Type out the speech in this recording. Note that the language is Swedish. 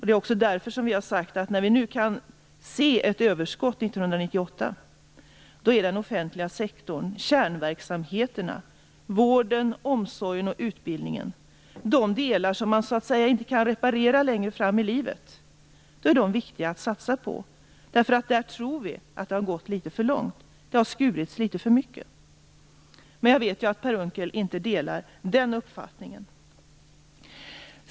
Det är också därför som vi har sagt att när vi nu kan se ett överskott 1998 är den offentliga sektorn och kärnverksamheterna, vården, omsorgen och utbildningen, de delar man inte kan reparera längre fram i livet, viktiga att satsa på. Där tror vi att det har gått litet för långt. Det har skurits litet för mycket. Men jag vet att Per Unckel inte delar den uppfattningen.